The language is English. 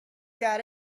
got